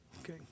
Okay